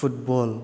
football